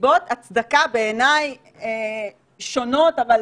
מסיבות הצדקה בעיניי שונות, אבל